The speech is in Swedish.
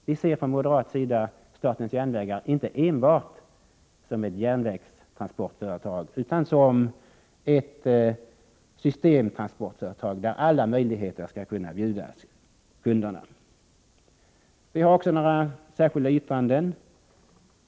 Vi moderater ser statens järnvägar inte enbart som ett järnvägstransportföretag, utan också som ett systemtransportföretag där alla möjligheter skall erbjudas kunderna. Vi har också avgett några särskilda yttranden.